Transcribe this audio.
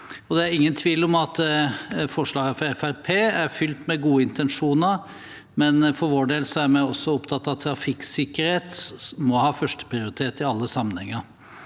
Det er ingen tvil om at forslagene fra Fremskrittspartiet er fylt med gode intensjoner, men for vår del er vi opptatt av at trafikksikkerhet må ha førsteprioritet i alle sammenhenger.